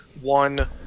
one